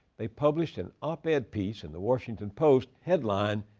they published an op-ed piece in the washington post headlined,